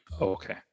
Okay